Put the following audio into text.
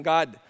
God